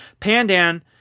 Pandan